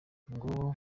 ngo